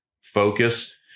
focus